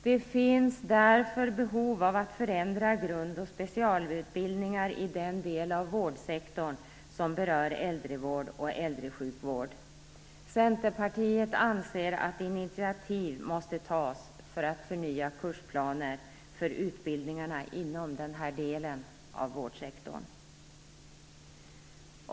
Det finns därför behov av att förändra grund och specialutbildningar i den del av vårdsektorn som berör äldrevård och äldresjukvård. Centerpartiet anser att initiativ måste tas för att förnya kursplaner för utbildningarna inom denna del av vårdsektorn.